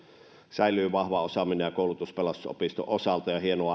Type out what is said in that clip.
säilyy vahva osaaminen ja koulutus pelastusopiston osalta ja hienoa